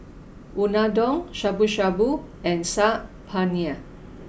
Unadon Shabu Shabu and Saag Paneer